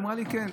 היא אמרה לי: כן,